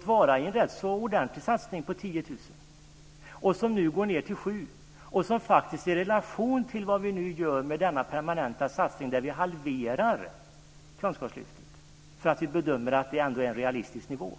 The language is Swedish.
Det har varit en rätt ordentlig satsning på 10 000, där vi nu går ned till 7 000. Det vi nu gör med denna permanenta satsning är att vi halverar Kunskapslyftet därför att vi ändå bedömer att det är en realistisk nivå.